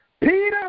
Peter